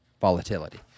Volatility